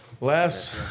Last